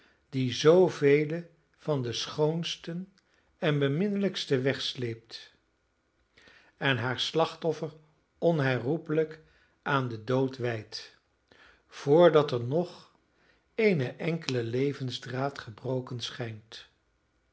die zoovelen van de schoonsten en beminnelijksten wegsleept en haar slachtoffer onherroepelijk aan den dood wijdt vrdat er nog eene enkele levensdraad gebroken schijnt